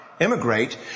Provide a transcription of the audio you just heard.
immigrate